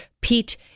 Pete